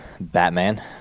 Batman